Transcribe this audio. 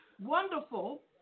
Wonderful